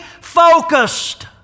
focused